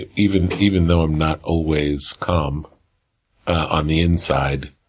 but even but even though i'm not always calm on the inside,